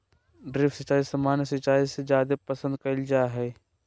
drip सिंचाई सामान्य सिंचाई से जादे पसंद कईल जा हई